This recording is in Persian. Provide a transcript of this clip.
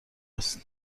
است